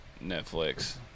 Netflix